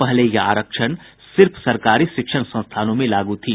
पहले यह व्यवस्था सिर्फ सरकारी शिक्षण संस्थानों में लागू थी